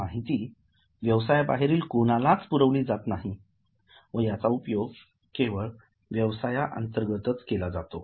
हि माहिती व्यवसायाबाहेरील कोणालाच पुरविली जात नाही व याचा उपयोग केवळ व्यवसाय अंतर्गतच केला जातो